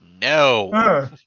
No